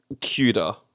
cuter